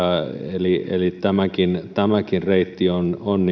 eli eli tämäkin tämäkin reitti on on